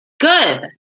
Good